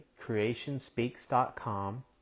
creationspeaks.com